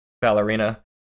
ballerina